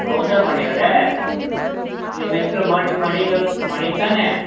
ಹೌದಾ ಮಣಿಯವರೇ ನಿಮ್ಮ ಹೆಸ್ರು ಮಣಿ ಮಣಿಯವ್ರು ಮಣಿ ತಾನೇ